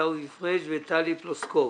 עיסאווי פריג' וטלי פלוסקוב.